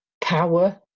power